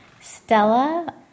Stella